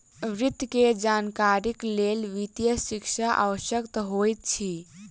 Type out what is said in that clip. वित्त के जानकारीक लेल वित्तीय शिक्षा आवश्यक होइत अछि